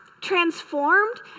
transformed